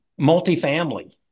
multifamily